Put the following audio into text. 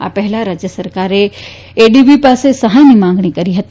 આ પહેલા રાજ્ય સરકારે એડીવી પાસે સહાયની માંગણી કરી હતી